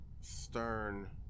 Stern